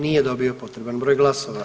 Nije dobio potreban broj glasova.